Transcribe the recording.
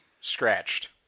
scratched